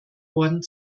worden